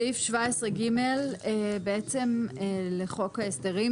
סעיף 17ג לחוק ההסדרים,